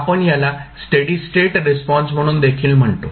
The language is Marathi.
आपण ह्याला स्टेडी स्टेट रिस्पॉन्स म्हणून देखील म्हणतो